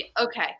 Okay